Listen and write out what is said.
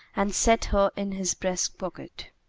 and set her in his breastpocket.